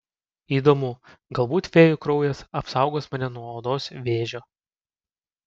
įdomu galbūt fėjų kraujas apsaugos mane nuo odos vėžio